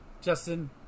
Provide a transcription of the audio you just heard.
Justin